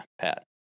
Pat